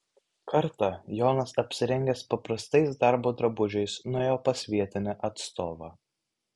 kartą jonas apsirengęs paprastais darbo drabužiais nuėjo pas vietinį atstovą